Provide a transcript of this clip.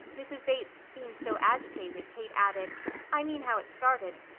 mrs. bates seemed so agitated kate added i mean how it started.